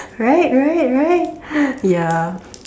right right right ya